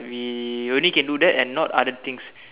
we only can do that and not other things